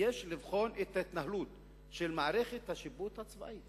יש לבחון את ההתנהלות של מערכת השיפוט הצבאית.